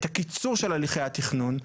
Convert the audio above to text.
את הקיצור של הליכי התכנון,